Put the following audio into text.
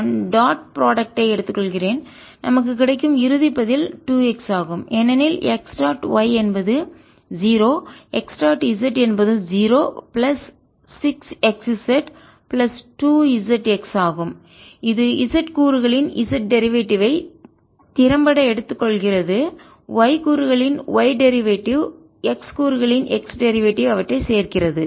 நான் dot product ஐ எடுத்துக்கொள்கிறேன் நமக்கு கிடைக்கும் இறுதி பதில் 2 x ஆகும் ஏனெனில் x டாட் y என்பது 0 x டாட் z என்பது 0 பிளஸ் 6 xz பிளஸ் 2 zx ஆகும் இது z கூறுகளின் z டெரிவேட்டிவ் ஐ திறம்பட எடுத்துக்கொள்கிறது y கூறுகளின் y டெரிவேட்டிவ் x கூறுகளின் x டெரிவேட்டிவ் அவற்றைச் சேர்க்கிறது